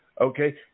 Okay